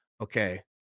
okay